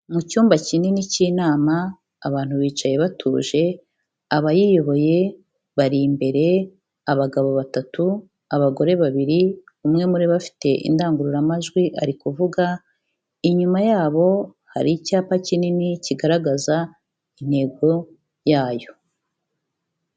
Mu cyumba kinini cy'inama abantu bicaye batuje, abayiyoboye bari imbere: abagabo batatu, abagore babiri, umwe muri bo afite indangururamajwi ari kuvuga, inyuma yabo hari icyapa kinini kigaragaza intego yayo.